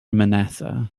manassa